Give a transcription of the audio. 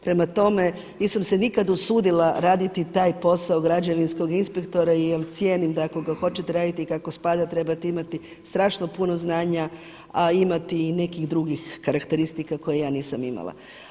Prema tome, nisam se nikada usudila raditi taj posao građevinskog inspektora jer cijenim da ako ga hoćete raditi kako spada trebate imati strašno puno znanja, a imati i nekih drugih karakteristika koje ja nisam imala.